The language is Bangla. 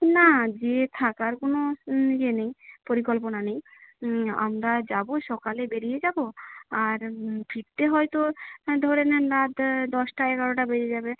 না গিয়ে থাকার কোনো ইয়ে নেই পরিকল্পনা নেই আমরা যাব সকালে বেরিয়ে যাব আর ফিরতে হয়তো ধরে নিন রাত দশটা এগারোটা বেজে যাবে